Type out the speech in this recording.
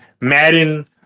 Madden